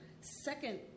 second